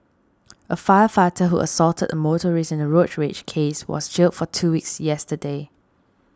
a firefighter who assaulted a motorist in a road rage case was jailed for two weeks yesterday